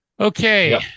Okay